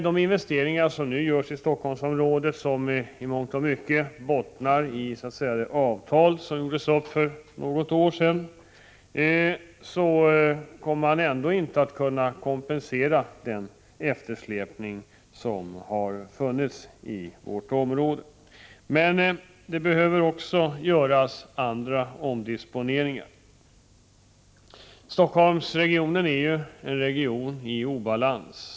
De investeringar som nu görs i Stockholmsområdet, som i mångt och mycket bottnar i det avtal som gjordes upp för något år sedan, kommer ändå inte att kunna kompensera den eftersläpning som har skett i vårt område. Man behöver även göra andra omdisponeringar. Stockholmsregionen är ju en region i obalans.